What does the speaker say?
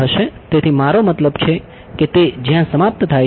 તેથી મારો મતલબ છે કે તે જ્યાં સમાપ્ત થાય છે